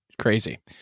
crazy